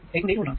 8 volt ആണ്